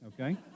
okay